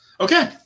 Okay